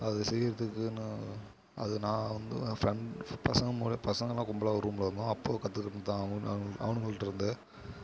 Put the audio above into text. அது செய்யுறதுக்குனு அது நான் வந்து என் ஃபிரென்ட் பசங்கள் பசங்களாம் கும்பலாக ஒரு ரூமில் இருந்தோம் அப்போது கத்துகிட்டுதுதான் அவனுங்கள்ட்டேருந்து